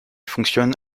fonctionne